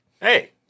Hey